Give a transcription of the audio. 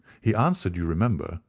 he answered, you remember,